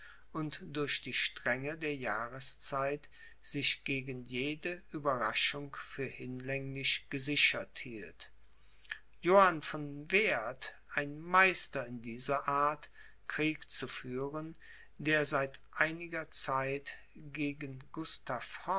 und durch die strenge der jahrszeit sich gegen jede ueberraschung für hinlänglich gesichert hielt johann von werth ein meister in dieser art krieg zu führen der seit einiger zeit gegen